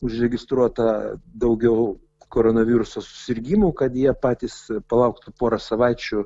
užregistruota daugiau koronaviruso susirgimų kad jie patys palauktų porą savaičių